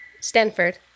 Stanford